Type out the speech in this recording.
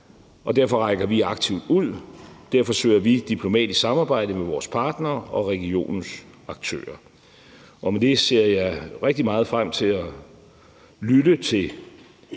Derfor rækker vi aktivt ud, og derfor søger vi diplomatisk samarbejde med vores partnere og regionens aktører. Med det ser jeg rigtig meget frem til at lytte til